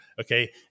Okay